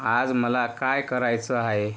आज मला काय करायचं आहे